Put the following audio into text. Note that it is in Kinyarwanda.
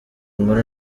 nkuru